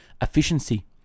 efficiency